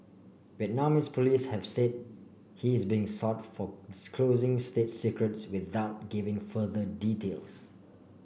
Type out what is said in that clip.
Vietnamese police have said he is being sought for disclosing state secrets without giving further details